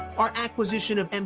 our acquisition of and